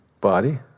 Body